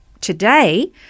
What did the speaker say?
today